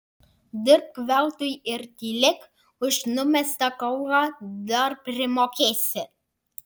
dirbk veltui ir tylėk už numestą kaulą dar primokėsi